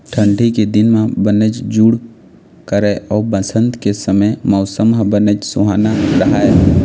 ठंडी के दिन म बनेच जूड़ करय अउ बसंत के समे मउसम ह बनेच सुहाना राहय